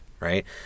right